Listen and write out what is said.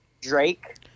Drake